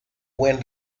buen